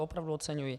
Opravdu to oceňuji.